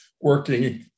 working